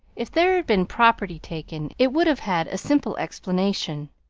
if there had been property taken, it would have had a simple explanation.